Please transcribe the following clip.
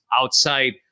outside